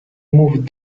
moved